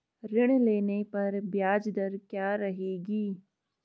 ऋण लेने पर ब्याज दर क्या रहेगी?